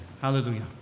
Hallelujah